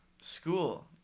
School